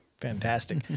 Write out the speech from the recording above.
Fantastic